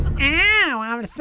Ow